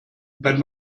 wenn